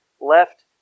left